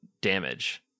damage